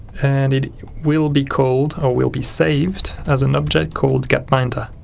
and it will be called or will be saved as an object called gapminder.